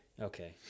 Okay